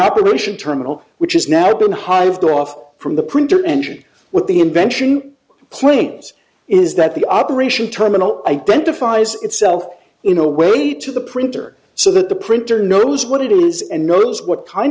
operation terminal which has now been hived off from the printer engine what the invention planes is that the operation terminal identifies itself in a way to the printer so that the printer knows what it is and knows what kind